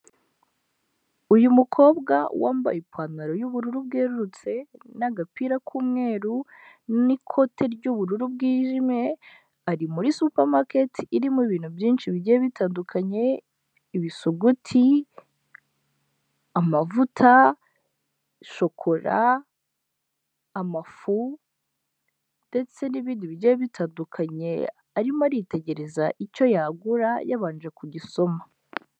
Uyu mukobwa wambaye ipantaro y'ubururu bwerurutse n'agapira k'umweru, n'ikote ry'ubururu bwijimye, ari muri supamaketi irimo ibintu byinshi bigiye bitandukanye, ibisuguti, amavuta, shokora, amafu ndetse n'ibindi bigiye bitandukanye, arimo aritegereza icyo yagura yabanje kugisoma.